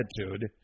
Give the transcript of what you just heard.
attitude